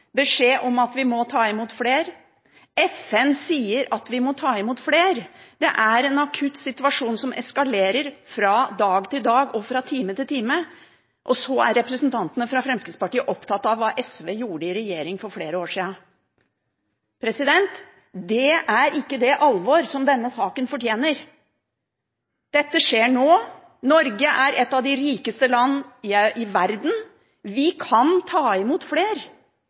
beskjed om at vi må ta imot flere. FN sier at vi må ta imot flere. Det er en akutt situasjon, som eskalerer fra dag til dag og fra time til time – og så er representantene fra Fremskrittspartiet opptatt av hva SV gjorde i regjering for flere år siden. Det er ikke det alvor som denne saken fortjener. Dette skjer nå. Norge er et av de rikeste land i verden, vi kan ta imot flere,